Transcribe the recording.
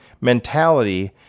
mentality